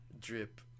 Drip